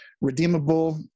redeemable